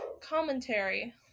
commentary